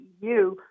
EU